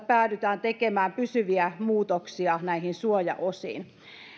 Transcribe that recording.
päädytään tekemään pysyviä muutoksia näihin suojaosiin